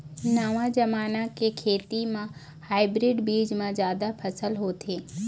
नवा जमाना के खेती म हाइब्रिड बीज म जादा फसल होथे